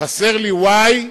חסר לי y.